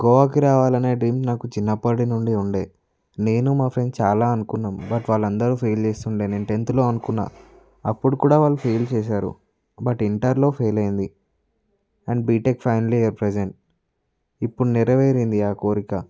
గోవాకి రావాలనే డ్రీమ్ నాకు చిన్నప్పడి నుండి ఉండే నేను మా ఫ్రెండ్స్ చాలా అనుకున్నాం బట్ వాళ్ళందరూ ఫెయిల్ చేస్తూ ఉండే నేను టెన్త్లో అనుకున్నా అప్పుడు కూడా వాళ్ళు ఫెయిల్ చేసారు బట్ ఇంటర్లో ఫెయిలయింది and BTech final year present ఇప్పుడు నెరవేరింది ఆ కోరిక